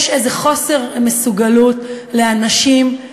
יש איזה חוסר מסוגלות לאנשים,